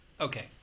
Okay